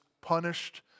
punished